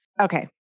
Okay